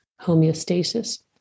homeostasis